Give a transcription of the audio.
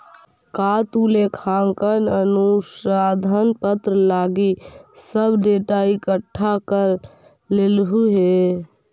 का तु लेखांकन अनुसंधान पत्र लागी सब डेटा इकठ्ठा कर लेलहुं हे?